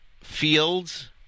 fields